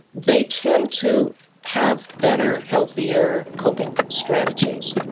they tend to have better, healthier coping strategies,